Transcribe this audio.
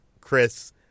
Chris